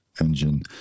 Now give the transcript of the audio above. engine